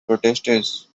protesters